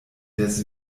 des